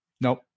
Nope